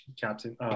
Captain